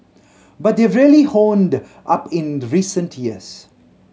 but they've really honed up in recent years